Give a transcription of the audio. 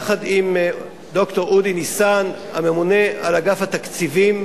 יחד עם ד"ר אודי ניסן, הממונה על אגף התקציבים,